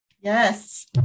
Yes